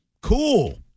Cool